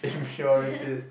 impurities